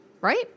right